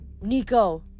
Nico